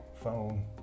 phone